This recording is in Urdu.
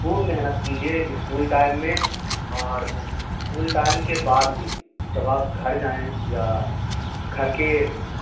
خوب محنت کیجیے اسکول ٹائم میں اور اسکول ٹائم کے بعد بھی جب آپ گھر جائیں یا گھر کے